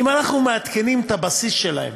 אם אנחנו מעדכנים את הבסיס שלהם